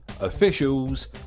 Officials